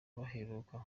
baheruka